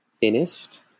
finished